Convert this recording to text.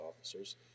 officers